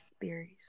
theories